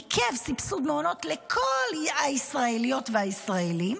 עיכב סבסוד מעונות לכל הישראליות והישראלים,